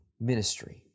ministry